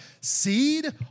seed